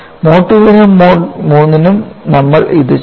mode II നും mode III നും നമ്മൾ ഇത് ചെയ്യും